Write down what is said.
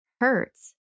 hurts